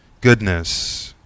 goodness